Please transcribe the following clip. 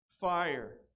fire